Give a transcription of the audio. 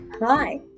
Hi